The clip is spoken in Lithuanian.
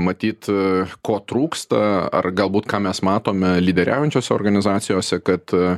matyt ko trūksta ar galbūt ką mes matome lyderiaujančiose organizacijose kad